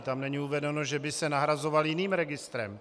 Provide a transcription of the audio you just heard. Tam není uvedeno, že by se nahrazoval jiným registrem.